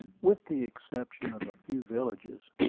with the exception of a few villages,